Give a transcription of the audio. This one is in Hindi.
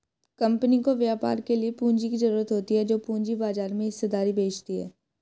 कम्पनी को व्यापार के लिए पूंजी की ज़रूरत होती है जो पूंजी बाजार में हिस्सेदारी बेचती है